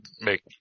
make